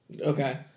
okay